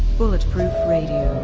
bulletproof radio.